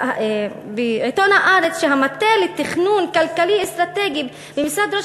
היה בעיתון "הארץ" שהמטה לתכנון כלכלי-אסטרטגי במשרד ראש